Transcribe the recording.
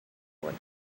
what